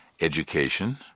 education